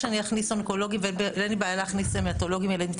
אין לי בעיה שאני אכניס אונקולוגי ואין לי בעיה להכניס המטולוג ילדים.